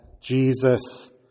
Jesus